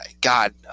God